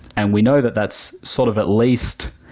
and we know that that's sort of, at least,